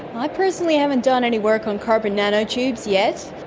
i personally haven't done any work on carbon nano-tubes yet,